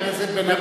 חבר הכנסת בן-ארי,